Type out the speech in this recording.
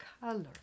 color